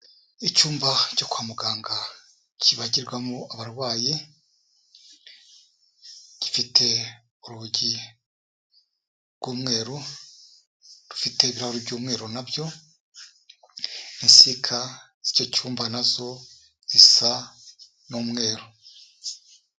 Icyumba cyo kwa muganga kibagirwamo abarwayi, gifite urugi rw'umweru, rufite ibirahure by'umweru na byo, insika z'icyo cyumba nazo zisa n'umweru.